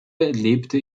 lebte